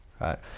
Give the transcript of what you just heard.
right